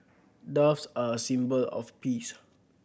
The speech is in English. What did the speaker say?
doves are a symbol of peace